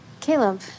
Caleb